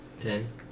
Ten